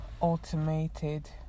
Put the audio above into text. automated